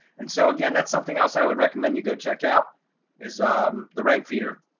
and so again, that's something else i would recommend you go check out is the rank feeder.